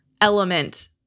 element